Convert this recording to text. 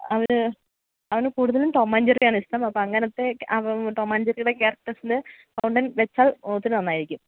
അവന് അവന് കൂടുതലും ടോം ആൻ ജെറി ആണിഷ്ടം അപ്പോള് അങ്ങനത്തെ ടോം ആൻ ജെറിയുടെ ക്യാരക്ടേഴ്സില് ഫൗണ്ടൻ വച്ചാൽ ഒത്തിരി നന്നായിരിക്കും